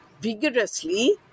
vigorously